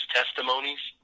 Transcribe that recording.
testimonies